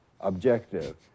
objective